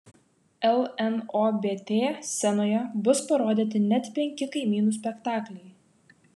lnobt scenoje bus parodyti net penki kaimynų spektakliai